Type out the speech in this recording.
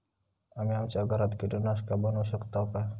आम्ही आमच्या घरात कीटकनाशका बनवू शकताव काय?